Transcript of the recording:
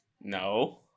No